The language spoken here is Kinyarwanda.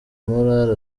morali